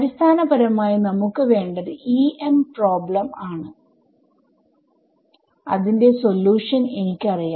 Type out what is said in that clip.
അടിസ്ഥാനപരമായി നമുക്ക് വേണ്ടത് EM പ്രോബ്ലം ആണ് അതിന്റെ സൊല്യൂഷൻ എനിക്ക് അറിയാം